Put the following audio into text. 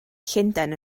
llundain